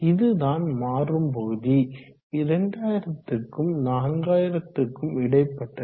இதுதான் மாறும் பகுதி 2000க்கும் 4000க்கும் இடைப்பட்டது